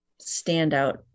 standout